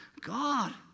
God